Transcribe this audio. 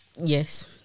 Yes